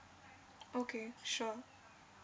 okay sure